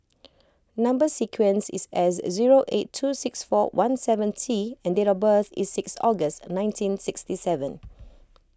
Number Sequence is S zero eight two six four one seven T and date of birth is six August nineteen sixty seven